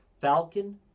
Falcon